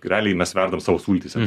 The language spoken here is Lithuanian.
realiai mes verdam savo sultyse